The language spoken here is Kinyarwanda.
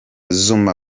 zuma